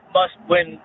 must-win